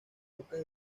pocas